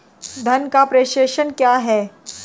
धन का प्रेषण क्या है?